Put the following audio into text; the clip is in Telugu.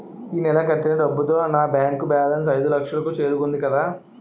ఈ నెల కట్టిన డబ్బుతో నా బ్యాంకు బేలన్స్ ఐదులక్షలు కు చేరుకుంది కదా